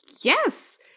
Yes